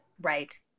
Right